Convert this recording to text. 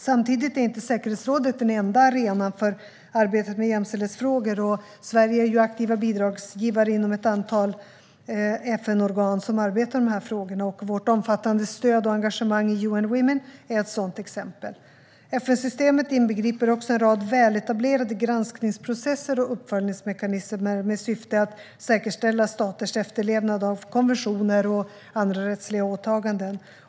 Samtidigt är inte säkerhetsrådet den enda arenan för arbetet med jämställdhetsfrågor, och Sverige är aktiv bidragsgivare inom ett antal FN-organ som arbetar med frågorna. Vårt omfattande stöd och engagemang i UN Women är ett sådant exempel. FN-systemet inbegriper också en rad väletablerade granskningsprocesser och uppföljningsmekanismer med syftet att säkerställa staters efterlevnad av konventioner och andra rättsliga åtaganden.